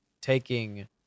taking